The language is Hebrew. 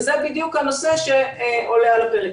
זה בדיוק הנושא שעולה על הפרק.